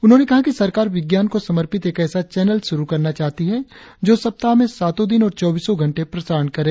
उन्होंने कहा कि सरकार विज्ञान को समर्पित एक ऐसा चैनल शुरु करना चाहती है जो सप्ताह में सातों दिन और चौबीसों घंटे प्रसारण करे